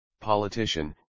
politician